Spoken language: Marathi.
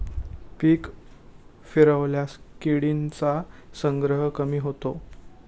पिके फिरवल्यास किडींचा संग्रह कमी होतो